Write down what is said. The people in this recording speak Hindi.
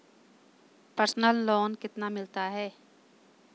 पर्सनल लोन कितना मिलता है?